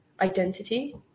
identity